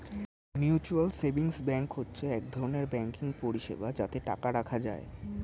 mutual savings bank হচ্ছে এক ধরনের ব্যাঙ্কিং পরিষেবা যাতে টাকা রাখা যায়